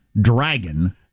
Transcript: dragon